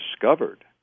discovered